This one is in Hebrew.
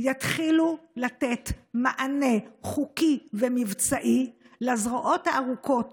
יתחילו לתת מענה חוקי ומבצעי לזרועות הארוכות